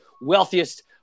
wealthiest